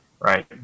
right